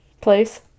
Place